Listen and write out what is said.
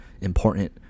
important